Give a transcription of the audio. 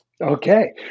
Okay